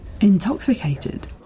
Intoxicated